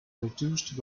reduced